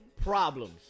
problems